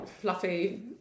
fluffy